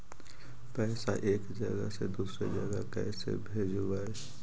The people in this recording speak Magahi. पैसा एक जगह से दुसरे जगह कैसे भेजवय?